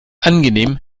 angenehm